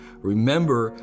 Remember